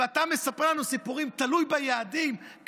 אתה מספר לנו סיפורים, תלוי ביעדים?